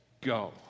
Go